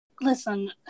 Listen